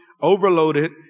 overloaded